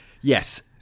yes